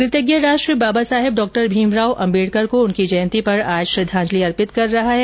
कृतज्ञ राष्ट्र बाबा साहेब डॉ भीमराव अम्बेडकर को उनकी जयंती पर आज श्रद्धाजंलि अर्पित कर रहा है